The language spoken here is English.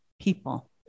people